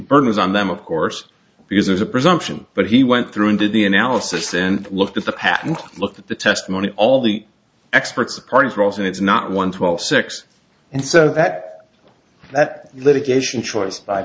burden is on them of course because there's a presumption but he went through and did the analysis and looked at the patent looked at the testimony of all the experts the parties rolls and it's not one twelve six and so that that litigation choice by